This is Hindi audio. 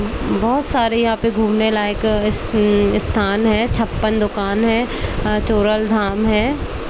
बहुत सारे यहाँ पे घूमने लायक स्थान है छप्पन दुकान है चोरल धाम है